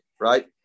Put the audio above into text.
Right